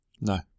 no